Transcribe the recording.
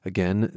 Again